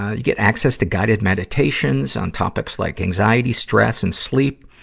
ah you get access to guided meditations on topics like anxiety, stress, and sleep.